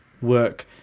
work